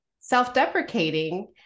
self-deprecating